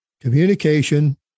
communication